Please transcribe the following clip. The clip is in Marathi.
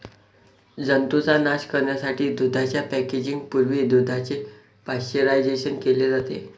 जंतूंचा नाश करण्यासाठी दुधाच्या पॅकेजिंग पूर्वी दुधाचे पाश्चरायझेशन केले जाते